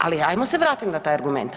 Ali hajmo se vratiti na taj argument.